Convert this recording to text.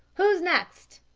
who's next?